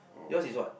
yours is what